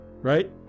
Right